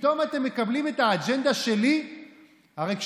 בתחום קידום התחרות והפחתת הריכוזיות,